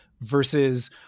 versus